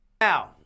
Now